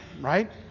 right